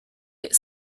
eight